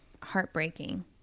heartbreaking